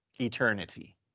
eternity